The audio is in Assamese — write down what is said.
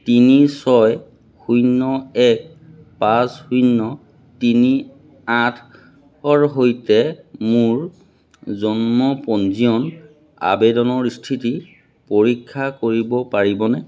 তিনি ছয় শূন্য এক পাঁচ শূন্য তিনি আঠৰ সৈতে মোৰ জন্ম পঞ্জীয়ন আবেদনৰ স্থিতি পৰীক্ষা কৰিব পাৰিবনে